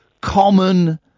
common